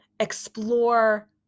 explore